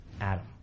Adam